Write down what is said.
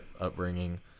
upbringing